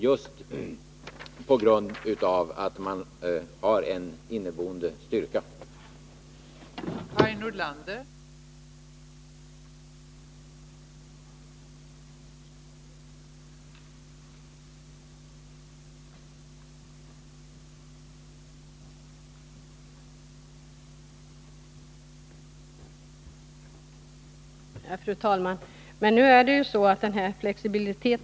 Jag tror under alla förhållanden att det är klokt att avvakta den erfarenhetssummering som anställningsskyddskommittén kommer att göra i detta avseende.